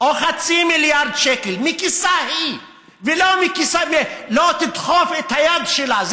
או חצי מיליארד שקל מכיסה היא ולא תדחוף את היד שלה,